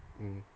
mm